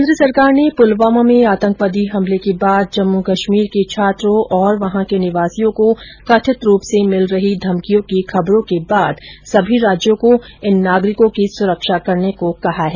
केन्द्र सरकार ने पुलवामा में आतंकवादी हमले के बाद जम्मू कश्मीर के छात्रों और वहां के निवासियों को कथित रूप से मिल रही धमकियों की खबरों के बाद सभी राज्यों को इन नागरिकों की सुरक्षा करने को कहा है